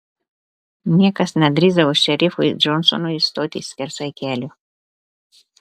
niekas nedrįsdavo šerifui džonsonui stoti skersai kelio